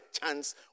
chance